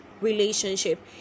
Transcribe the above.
relationship